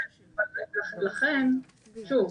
לכן שוב,